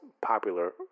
popular